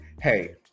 hey